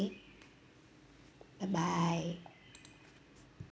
bye bye